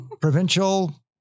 provincial